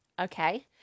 okay